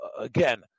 again